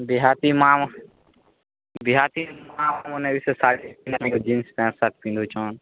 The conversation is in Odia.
ବିହାତି ମା ବିହାତି ମାଆ ମାନେ ବି ସେ ଶାଢ଼ୀ ଜିନ୍ସ ପାଣ୍ଟ ସାର୍ଟମାନେ ପିନ୍ଧୁଛ